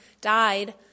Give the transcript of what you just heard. died